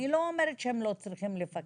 אני לא אומרת שהם לא צריכים לפקח,